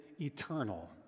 eternal